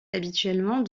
habituellement